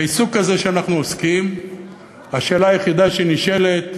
בעיסוק הזה שאנחנו עוסקים השאלה היחידה שנשאלת,